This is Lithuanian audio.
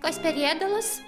kas per ėdalas